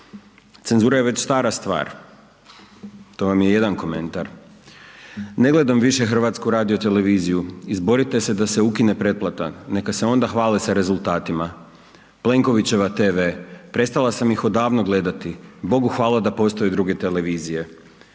Cenzura je već stara stvar. To vam je jedan komentar. Ne gledam više HRT izborite se da se ukine pretplata, neka se onda hvale sa rezultatima, Plenkovićeva tv, prestala sam ih odavno gledati. Bogu hvala da postoje druge televizije.